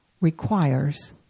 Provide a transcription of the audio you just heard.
requires